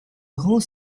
grand